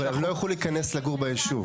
אבל הם לא יוכלו להיכנס לגור ביישוב.